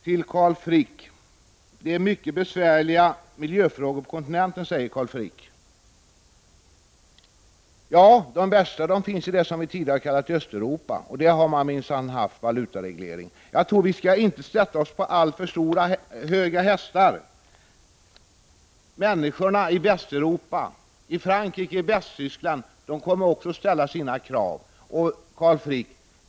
Carl Frick säger att det finns mycket besvärliga miljöproblem på kontinenten. Ja, de värsta finns i det som vi tidigare har kallat Östeuropa, och där har man minsann haft valutareglering. Vi skall inte sätta oss på alltför höga hästar, tror jag. Människorna i Västeuropa, i Frankrike och Västtyskland, kommer också att ställa sina krav. Carl Frick!